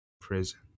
prison